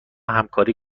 همکاری